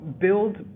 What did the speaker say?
build